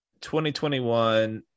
2021